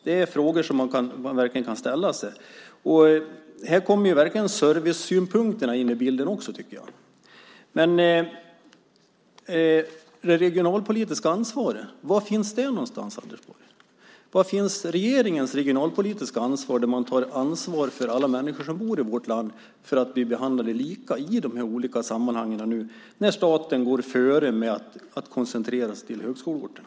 Det är frågor som man verkligen kan ställa sig. Och här kommer verkligen servicesynpunkterna in i bilden, tycker jag. Men var finns det regionalpolitiska ansvaret, Anders Borg? Var finns regeringens regionalpolitiska ansvar där man tar ansvar för alla människor som bor i vårt land, så att de blir behandlade lika i de här olika sammanhangen när staten nu går före med att koncentrera sig till högskoleorterna?